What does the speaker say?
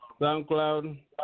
SoundCloud